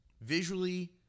visually